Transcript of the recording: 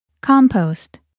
Compost